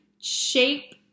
shape